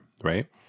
right